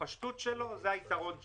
הפשטות של הכלי הזה היא היתרון שלו.